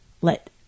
let